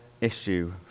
issue